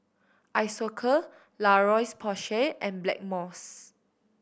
Isocal La Roche Porsay and Blackmores